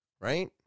right